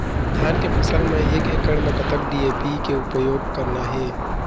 धान के फसल म एक एकड़ म कतक डी.ए.पी के उपयोग करना हे?